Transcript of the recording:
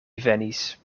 venis